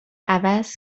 عوض